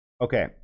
okay